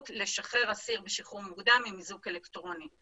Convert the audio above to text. לשחרר אסיר בשחרור מוקדם עם איזוק אלקטרוני.